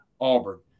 Auburn